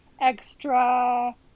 extra